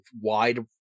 wide